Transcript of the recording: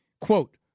quote